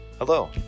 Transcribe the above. Hello